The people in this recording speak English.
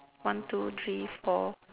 one two three four